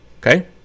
okay